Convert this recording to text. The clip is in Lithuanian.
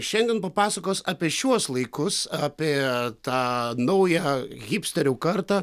šiandien papasakos apie šiuos laikus apie tą naują hipsterių kartą